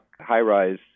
high-rise